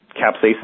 capsaicin